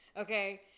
Okay